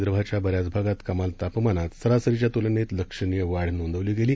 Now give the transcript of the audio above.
विदर्भाच्या बऱ्याच भागात कमाल तापमानात सरासरीच्या तुलनेत लक्षणीय वाढ नोंदवली गेली